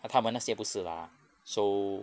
ah 他们那些不是 lah so